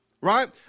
right